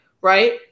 Right